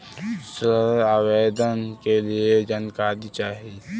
ऋण आवेदन के लिए जानकारी चाही?